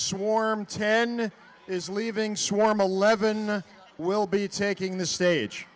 swarm ten is leaving swarm eleven will be taking the stage